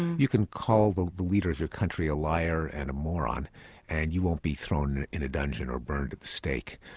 you can call the the leader of your country a liar and a moron and you won't be thrown in a dungeon or burned at the stake,